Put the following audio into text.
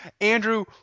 Andrew